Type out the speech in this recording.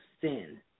sin